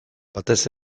batez